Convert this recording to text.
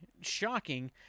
shocking